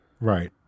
Right